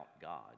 God